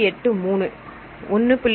83 1